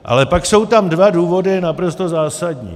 Ale pak jsou tam dva důvody naprosto zásadní.